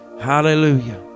Hallelujah